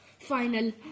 final